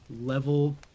level